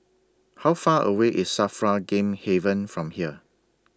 How Far away IS SAFRA Game Haven from here